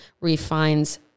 refines